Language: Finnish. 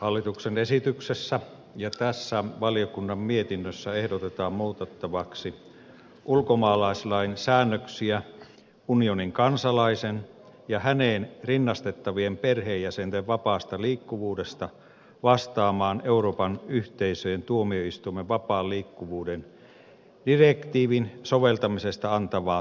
hallituksen esityksessä ja tässä valiokunnan mietinnössä ehdotetaan muutettavaksi ulkomaalaislain säännöksiä unionin kansalaisen ja häneen rinnastettavien perheenjäsenten vapaasta liikkuvuudesta vastaamaan euroopan yhteisöjen tuomioistuimen vapaan liikkuvuuden direktiivin soveltamisesta antamaa tulkintapäätöstä